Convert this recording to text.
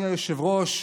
אדוני היושב-ראש,